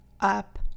up